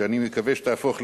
שאני מקווה שתהפוך לחוק,